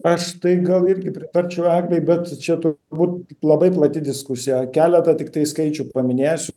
aš tai gal irgi pritarčiau eglei bet čia turbūt labai plati diskusija keletą tiktai skaičių paminėsiu